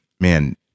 man